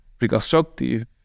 reconstructive